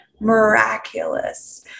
miraculous